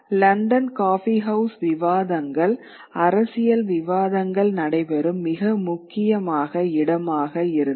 London காஃபிஹவுஸ்கள் விவாதங்கள் அரசியல் விவாதங்கள் நடைபெறும் மிக முக்கியமான இடமாக இருந்தன